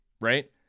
right